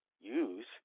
use